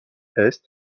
est